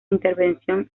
intervención